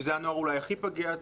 שזה הנוער שהוא אולי הפגיע ביותר,